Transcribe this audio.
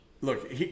Look